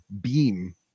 beam